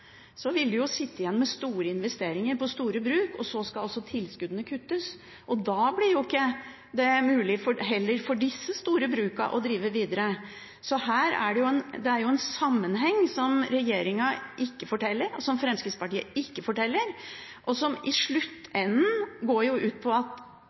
så skal altså tilskuddene kuttes, og da blir det heller ikke mulig for disse store brukene å drive videre. Så det er en sammenheng her som regjeringen ikke forteller, som Fremskrittspartiet ikke forteller, og som i den andre enden går ut på at